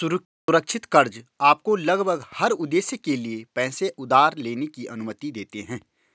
असुरक्षित कर्ज़ आपको लगभग हर उद्देश्य के लिए पैसे उधार लेने की अनुमति देते हैं